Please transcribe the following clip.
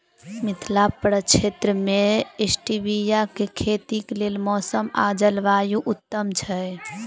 मिथिला प्रक्षेत्र मे स्टीबिया केँ खेतीक लेल मौसम आ जलवायु उत्तम छै?